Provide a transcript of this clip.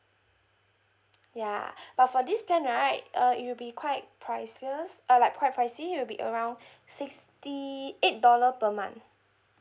ya but for this plan right uh it will be quite prices uh like quite pricey will be around sixty eight dollar per month